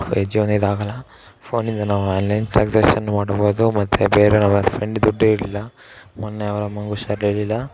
ಇದು ಆಗೋಲ್ಲ ಫೋನಿಂದ ನಾವು ಆನ್ಲೈನ್ ಟ್ರಾನ್ಸಾಕ್ಷನ್ ಮಾಡ್ಬೌದು ಮತ್ತು ಬೇರೆ ನಮ್ಮ ಫ್ರೆಂಡ್ ದುಡ್ದು ಇರಲಿಲ್ಲ ಮೊನ್ನೆ ಅವ್ರ ಅಮ್ಮನಿಗೆ ಹುಷಾರ್ ಇರಲಿಲ್ಲ